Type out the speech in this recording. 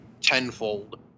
tenfold